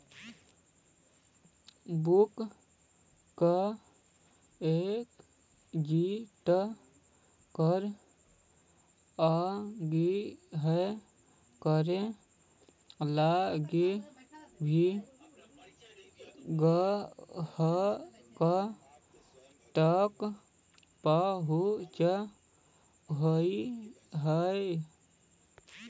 bank के agent कर उगाही करे लगी भी ग्राहक तक पहुंचऽ हइ